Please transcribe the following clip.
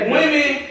Women